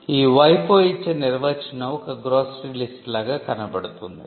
WIPO ఇచ్చే నిర్వచనం ఒక గ్రోసెరీ లిస్టు లాగా కనబడుతుంది